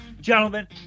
Gentlemen